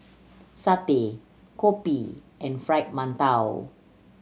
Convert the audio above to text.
satay kopi and Fried Mantou